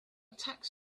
tax